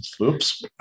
Oops